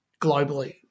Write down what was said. globally